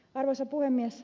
arvoisa puhemies